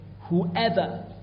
whoever